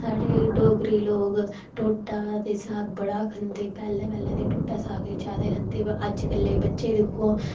साढ़े डोगरे लोक ढोडा ते साग बड़ा खदें न पैह्लैं पैह्लैं ढोडा साग बड़ा ज्यादा खदें हे हून अजकल दे बच्चे दिक्खो हां